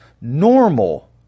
normal